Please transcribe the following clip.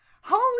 Holy